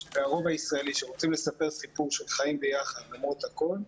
הרוב הישראלי שרוצים לספר סיפור של חיים ביחד למרות הכול,